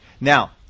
Now